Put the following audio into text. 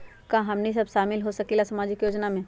का हमनी साब शामिल होसकीला सामाजिक योजना मे?